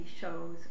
shows